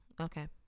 Okay